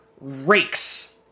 rakes